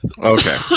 Okay